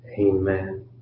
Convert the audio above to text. Amen